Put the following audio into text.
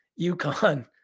UConn